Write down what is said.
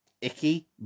icky